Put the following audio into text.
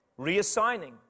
reassigning